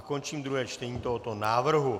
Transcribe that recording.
Končím druhé čtení tohoto návrhu.